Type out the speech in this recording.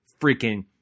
freaking